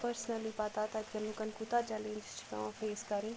personally پَتہ تَتہِ کٮ۪ن لُکَن کوٗتاہ چیلینجِز چھِ پٮ۪وان فیس کَرٕنۍ